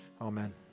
Amen